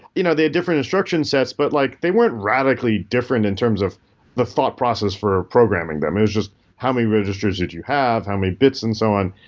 you know they had different instruction sets, but like they weren't radically different in terms of the thought process for programming them. it was just how many registers did you have. how many bits and so on.